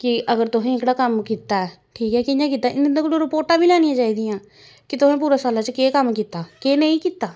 कि अगर तुसें एह्कड़ा कम्म कीता ऐ ठीक ऐ कि'यां कीता इंदे कोला रिपोटां बी लैनियां चाहिदियां कि तुसें पूरे साला च केह् कम्म कीता केह् नेईं कीता